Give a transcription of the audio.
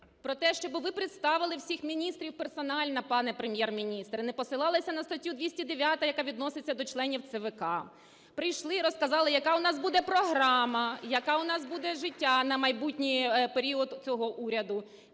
про те, щоб ви представили всіх міністрів персонально, пане Прем'єр-міністр, і не посилалися на статтю 209, яка відноситься до членів ЦВК. Прийшли і розказали, яка у нас буде програма, яке у нас буде життя на майбутній період цього уряду.